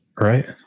Right